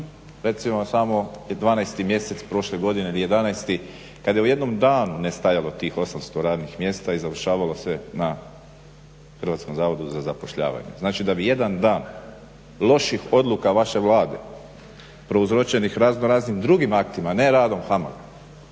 recimo samo 12 mjesec prošle godine …/Govornik se ne razumije./… 11 kada je u jednom danu nestajalo tih 800 radnih mjesta i završavalo se na Hrvatskom zavodu za zapošljavanje. Znači da bi jedan dan loših odluka vaše Vlade prouzročenih razno raznim drugim aktima, ne radom HAMAG-a